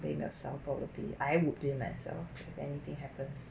blame yourself probably I would blame myself if anything happens